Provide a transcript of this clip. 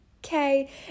Okay